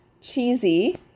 cheesy